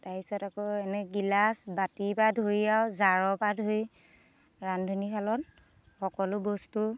তাৰ পিছত আকৌ এনেই গিলাচ বাতিৰ পৰা ধৰি আৰু জাৰৰ পৰা ধৰি ৰান্ধনীশালত সকলো বস্তু